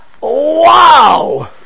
Wow